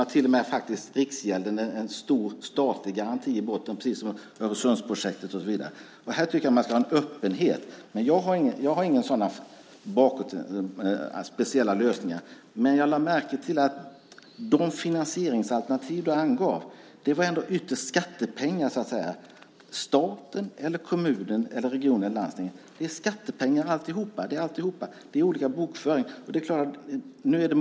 Där hade man faktiskt Riksgälden, en stor statlig garanti, i botten. Detsamma gällde bland annat Öresundsprojektet. Jag tycker att man ska ha en öppenhet. Jag har inga speciella lösningar, men jag lade märke till att de finansieringsalternativ som du angav ytterst var skattepengar. Staten, kommunen, regionen eller landstinget - det är skattepengar alltihop. Det är olika bokföring.